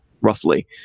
roughly